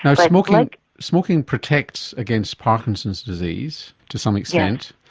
now smoking like smoking protects against parkinson's disease to some extent,